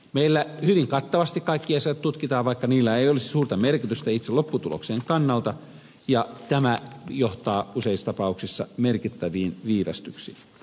meillä hyvin kattavasti kaikki asiat tutkitaan vaikka niillä ei olisi suurta merkitystä itse lopputuloksen kannalta ja tämä johtaa useissa tapauksissa merkittäviin viivästyksiin